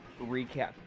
recap